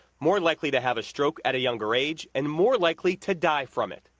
more likely to have a stroke at a younger age and more likely to die from it.